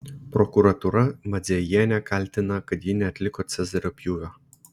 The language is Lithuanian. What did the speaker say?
prokuratūra madzajienę kaltina kad ji neatliko cezario pjūvio